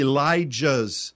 Elijah's